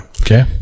Okay